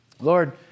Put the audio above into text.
Lord